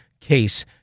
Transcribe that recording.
Case